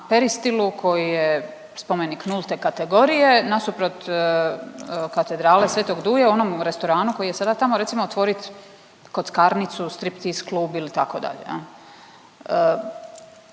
Peristilu koji je spomenik nulte kategorije nasuprot Katedrale Sv. Duje u onom restoranu koji je sada tamo recimo otvorit kockarnicu, striptiz klub ili tako dalje